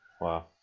Wow